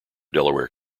delaware